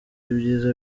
ibyiza